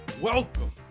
welcome